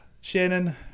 Shannon